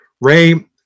Ray